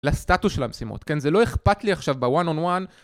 לסטטוס של המשימות, כן? זה לא אכפת לי עכשיו ב-one on one.